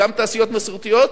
גם תעשיות מסורתיות,